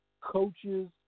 coaches